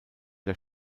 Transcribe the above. der